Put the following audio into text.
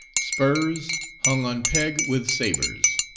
spurs hung on peg with sabres.